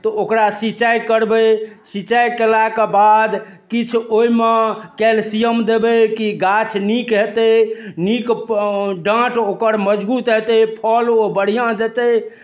तऽ ओकरा सिञ्चाइ करबै सिञ्चाइ कयलाके बाद किछु ओइमे केल्शियम देबै कि गाछ नीक हेतै नीक पऽ डाँट ओकर मजगूत हेतै फल ओ बढ़िआँ देतै